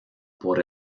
por